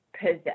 possess